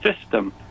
system